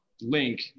link